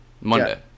Monday